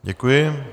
Děkuji.